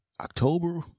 october